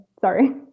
sorry